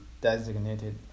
designated